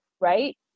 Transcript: right